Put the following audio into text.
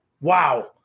Wow